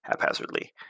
haphazardly